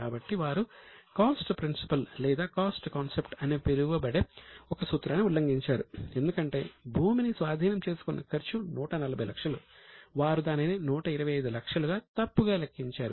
కాబట్టి వారు cost principle అని పిలువబడే ఒక సూత్రాన్ని ఉల్లంఘించారు ఎందుకంటే భూమిని స్వాధీనం చేసుకున్న ఖర్చు 140 లక్షలు వారు దానిని 125 లక్షలు గా తప్పుగా లెక్కించారు